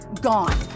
gone